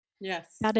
Yes